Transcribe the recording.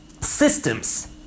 systems